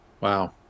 Wow